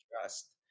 trust